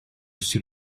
sir